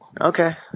Okay